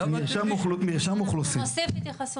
מה שאנחנו בדקנו